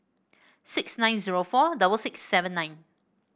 six nine zero four double six seven nine